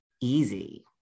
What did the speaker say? easy